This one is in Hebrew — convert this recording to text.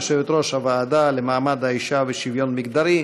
יושבת-ראש הוועדה לקידום מעמד האישה ולשוויון מגדרי,